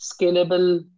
scalable